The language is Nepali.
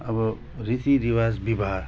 अब रीतिरिवाज विवाह